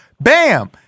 Bam